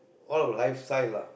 all about lifestyle lah